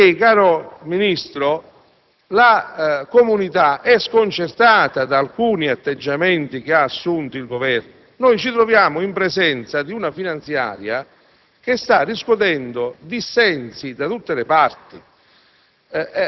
perché, signor Vice ministro, la comunità è sconcertata da alcuni atteggiamenti assunti dal Governo. Ci troviamo in presenza di una finanziaria che sta riscuotendo dissensi da tutte le parti;